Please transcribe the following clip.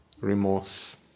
remorse